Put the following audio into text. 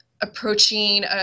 approaching